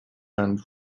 and